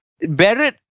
Barrett